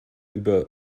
über